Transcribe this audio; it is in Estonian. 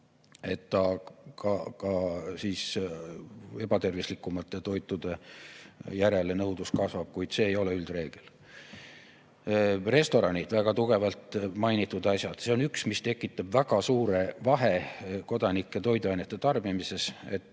et ka ebatervislikumate toitude järele nõudlus kasvab, kuid see ei ole üldreegel. Restoranid, väga tugevalt mainitud asi. See on üks, mis tekitab väga suure vahe kodanike toiduainete tarbimises. Et